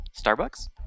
starbucks